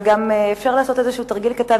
אבל אפשר לעשות איזה תרגיל קטן,